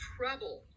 Trouble